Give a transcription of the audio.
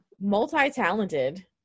Multi-talented